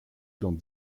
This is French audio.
dans